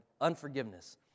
unforgiveness